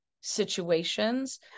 situations